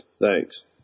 Thanks